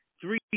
three